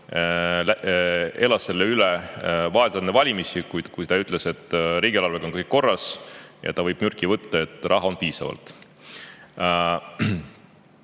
elas selle üle vahetult enne valimisi, kui ta ütles, et riigieelarvega on kõik korras ja ta võib mürki võtta, et raha on piisavalt.